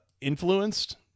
influenced